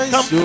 Come